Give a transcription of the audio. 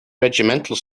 regimental